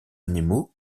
animaux